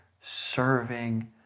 serving